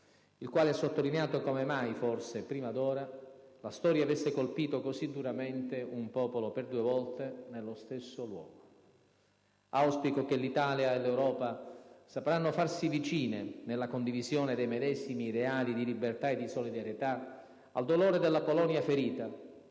il quale ha sottolineato come mai forse, prima d'ora, la storia avesse colpito così duramente un popolo per due volte nello stesso luogo. Auspico che l'Italia e l'Europa sapranno farsi vicine, nella condivisione dei medesimi ideali di libertà e di solidarietà, al dolore della Polonia ferita,